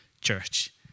church